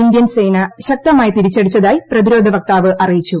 Indian സേന ശക്തമായി തിരിച്ചടിച്ചതായി പ്രതിരോധ വക്താവ് അറിയിച്ചു